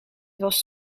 was